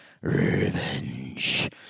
revenge